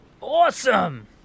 Awesome